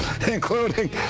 Including